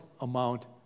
amount